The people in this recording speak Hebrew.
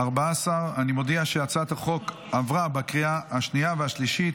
14. אני מודיע שהצעת החוק עברה בקריאה השנייה והשלישית,